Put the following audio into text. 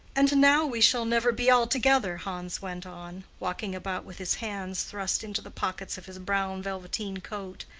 and now we shall never be all together, hans went on, walking about with his hands thrust into the pockets of his brown velveteen coat,